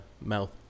mouth